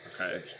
Okay